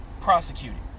prosecuted